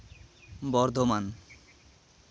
Bardhaman